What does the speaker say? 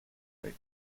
and